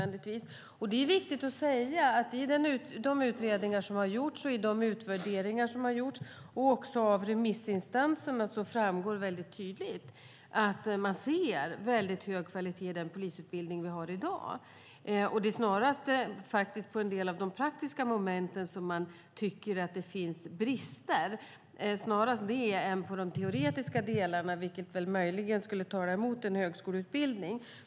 Det är viktigt att säga att av de utredningar och utvärderingar som har gjorts och också av remissinstanserna framgår väldigt tydligt att man ser väldigt hög kvalitet i den polisutbildning vi har i dag. Det är snarast i en del av de praktiska momenten som man tycker att det finns brister än i de teoretiska delarna, vilket möjligen skulle tala emot en högskoleutbildning.